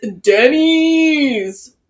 Denny's